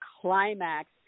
climax